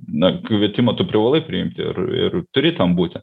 na kvietimą tu privalai priimti ir ir turi ten būti